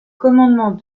commandement